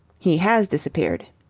he has disappeared!